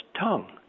tongue